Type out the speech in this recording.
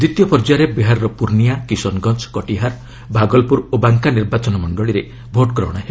ଦ୍ୱିତୀୟ ପର୍ଯ୍ୟାୟରେ ବିହାରର ପୂର୍ଣ୍ଣିଆ କିଶନ୍ଗଞ୍ଚ କଟିହାର ଭାଗଲପୁର ଓ ବାଙ୍କା ନିର୍ବାଚନ ମଣ୍ଡଳୀରେ ଭୋଟଗ୍ରହଣ ହେବ